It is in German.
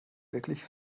wirklich